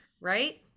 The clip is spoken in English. right